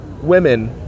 women